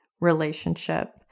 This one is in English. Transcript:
relationship